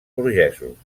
burgesos